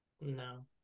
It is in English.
No